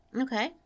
okay